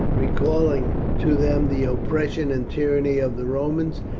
recalling to them the oppression and tyranny of the romans,